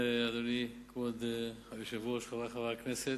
אדוני כבוד היושב-ראש, חברי חברי הכנסת,